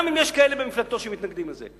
גם אם יש כאלה במפלגתו שמתנגדים לזה.